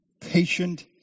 Patient